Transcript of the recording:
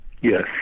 Yes